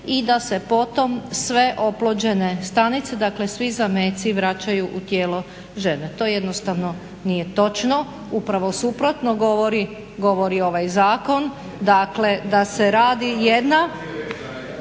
i da se potom sve oplođene stanice, dakle svi zameci vraćaju u tijelo žene. To jednostavno nije točno. Upravo suprotno govori ovaj zakon. Dakle, da se radi jedna.